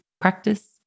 practice